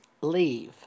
leave